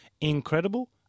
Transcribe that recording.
incredible